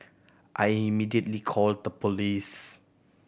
I immediately called the police